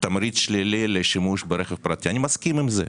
תמריץ שלילי לשימוש ברכב פרטי, אני מסכים עם זה.